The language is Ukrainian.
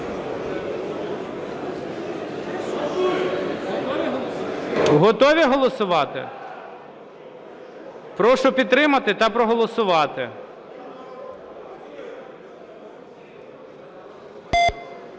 Готові голосувати? Прошу підтримати та проголосувати.